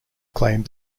claimed